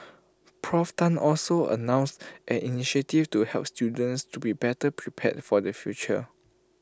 Prof Tan also announced an initiative to help students to be better prepared for the future